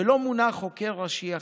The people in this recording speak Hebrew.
ולא מונה חוקר ראשי אחר.